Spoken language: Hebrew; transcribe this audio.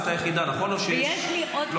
את היחידה, נכון?